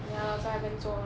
ya 在那边坐